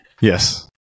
yes